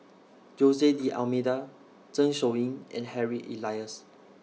Jose D'almeida Zeng Shouyin and Harry Elias